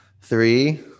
Three